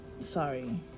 sorry